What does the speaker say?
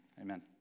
amen